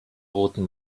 roten